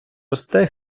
росте